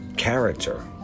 Character